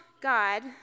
God